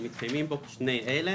שמתקיימים בו שני אלה: